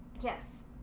Yes